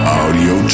audio